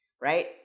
right